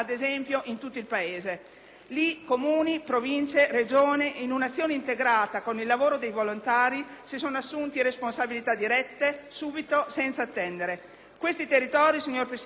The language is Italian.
Comuni, Province e Regione, in una azione integrata con il lavoro dei volontari, si sono assunti responsabilità dirette subito, senza attendere. Questi territori, signor Presidente, a fronte di tale sforzo